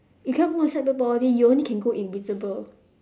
you cannot go inside the body you only can go invisible